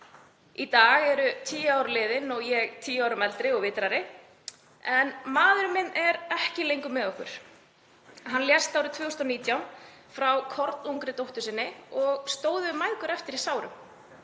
Í dag eru tíu ár liðin og ég tíu árum eldri og vitrari en maðurinn minn er ekki lengur með okkur. Hann lést árið 2019 frá kornungri dóttur sinni og stóðu mæðgur eftir í sárum.